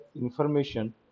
information